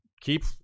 keep